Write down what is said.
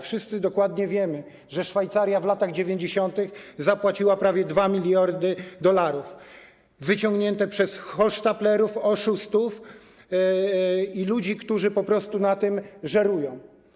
Wszyscy dokładnie wiemy, że Szwajcaria w latach 90. zapłaciła prawie 2 mld dolarów, wyciągnięte przez hochsztaplerów, oszustów i ludzi, którzy na tym żerują.